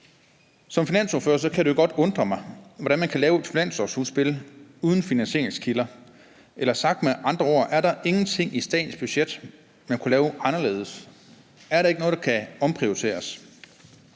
Som finansordfører kan det jo godt undre mig, hvordan man kan lave et finanslovsudspil uden finansieringskilder. Eller sagt med andre ord: Er der ingenting i statens budget, man kunne lave anderledes? Er der ikke noget, der kan omprioriteres?